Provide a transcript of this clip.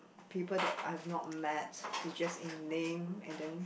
people that I've not met is just in name and then